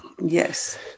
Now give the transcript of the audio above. Yes